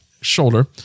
shoulder